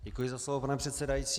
Děkuji za slovo, pane předsedající.